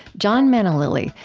john manalili,